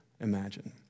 imagine